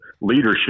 leadership